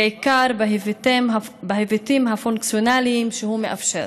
ובעיקר בהיבטים הפונקציונליים שהוא מאפשר.